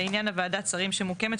לעניין וועדת השרים שמוקמת,